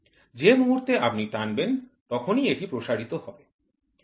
যে মুহুর্তে আপনি টানবেন তখনই এটি প্রসারিত হবে